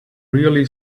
really